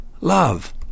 love